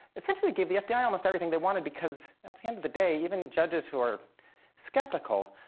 essentially gave the fbi almost everything they wanted, because um the end of the day, even judges who are skeptical,